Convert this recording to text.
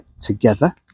together